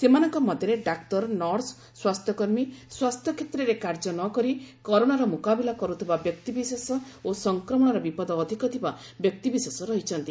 ସେମାନଙ୍କ ମଧ୍ୟରେ doctor nurse ସ୍ୱାସ୍ଥ୍ୟକର୍ମୀ ସ୍ୱାସ୍ଥ୍ୟ କ୍ଷେତ୍ରରେ କାର୍ଯ୍ୟ ନକରି କରୋନାର ମ୍ରକାବିଲା କର୍ରଥିବା ବ୍ୟକ୍ତିବିଶେଷ ଓ ସଂକ୍ରମଣର ବିପଦ ଅଧିକ ଥିବା ବ୍ୟକ୍ତିବିଶେଷ ରହିଛନ୍ତି